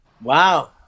Wow